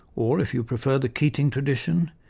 or, if you prefer, the keating tradition,